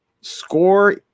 score